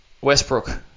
Westbrook